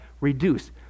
reduce